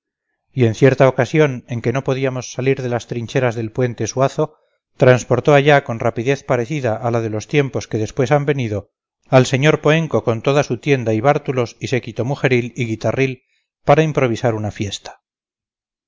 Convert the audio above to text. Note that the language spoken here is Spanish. y en cierta ocasión en que no podíamos salir de las trincheras del puente suazo transportó allá con rapidez parecida a la de los tiempos que después han venido al sr poenco con toda su tienda y bártulos y séquito mujeril y guitarril para improvisar una fiesta